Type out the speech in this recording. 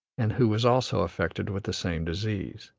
and who was also affected with the same disease.